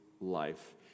life